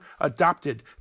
adopted